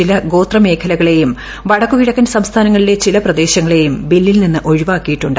ചിലഗോത്രമേഖലകളെയും വടക്കുകിഴക്കൻ സംസ്ഥാനങ്ങളിലെച്ച്ല പ്രദേശങ്ങളെയും ബില്ലിൽ നിന്ന്ഒഴിവാക്കിയിട്ടുണ്ട്